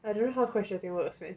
I don't know how crocheting works man